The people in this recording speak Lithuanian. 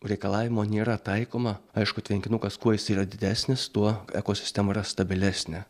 reikalavimo nėra taikoma aišku tvenkinukas kuo jis yra didesnis tuo ekosistema yra stabilesnė